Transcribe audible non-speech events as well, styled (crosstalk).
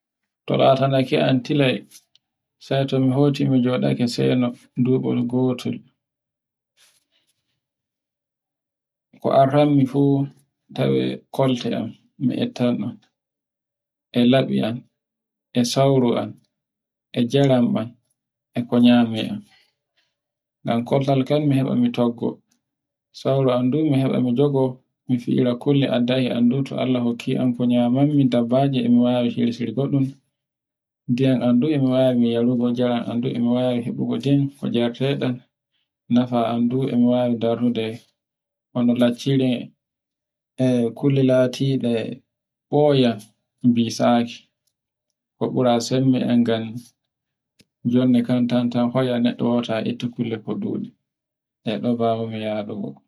to latanaake anti lau, sai to mi hoti mi joɗaake seni dubol gotol. Ko arranmi fu tawe kolte am mi ettan on, e labi am e sauru am, e njaram am, e ko nyame am, (noise) ngam kolte am mi heɓa mi toggo. Sauroam ndun mi heba mi jogo mi fira kulle addahi am du to mi hebi Alla hokki am ko nyamammi daabaji e mi wawi hirsirki goɗɗe. ndiyam am ɗun e wawai yarnugo njaram am mi wawai hebugo din ko njariterai am, nefa am fu e mi wawai darnude bano laccude, e kulle latide, boya bisaaki ko ɓura sembe am ngam jonde tantan fayo neɗɗe ta ɗuɗi.